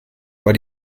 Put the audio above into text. war